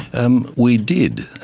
um we did,